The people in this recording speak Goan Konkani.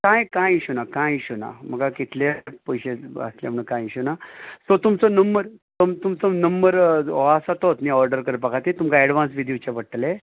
कांय कांय इशू ना कांय इशू ना म्हाका कितलेय पयशे आसले म्हण कांय इशू ना सो तुमचो नंबर तुमचो नंबर हो आसा तोच न्हय ओर्डर करपा खातीर तुमकां एडवांस बी दिवचे पडटले